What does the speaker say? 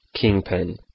Kingpin